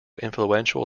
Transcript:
influential